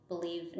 Believe